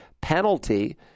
penalty